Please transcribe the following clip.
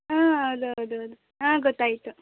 ಹಾಂ ಹೌದು ಹೌದು ಹೌದು ಹಾಂ ಗೊತ್ತಾಯಿತು